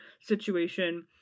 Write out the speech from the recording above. situation